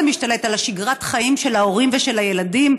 זה משתלט על שגרת החיים של ההורים ושל הילדים,